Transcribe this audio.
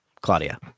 Claudia